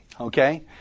okay